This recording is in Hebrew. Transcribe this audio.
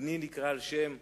בני נקרא על שם גיבור,